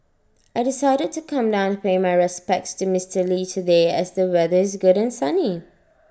I decided to come down to pay my respects to Mister lee today as the weather is good and sunny